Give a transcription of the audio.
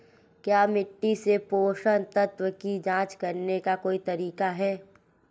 क्या मिट्टी से पोषक तत्व की जांच करने का कोई तरीका है?